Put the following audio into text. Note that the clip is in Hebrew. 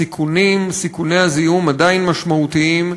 הסיכונים, סיכוני הזיהום, עדיין משמעותיים.